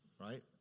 right